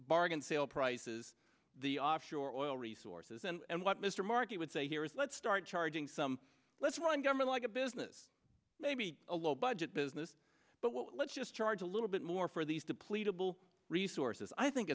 bargain sale prices the offshore oil resources and what mr market would say here is let's start charging some let's run government like a business maybe a low budget business but let's just charge a little bit more for these depleted will resources i think